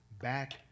back